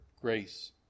grace